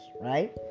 right